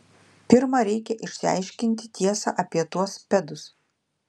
pirma reikia išsiaiškinti tiesą apie tuos pedus